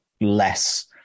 less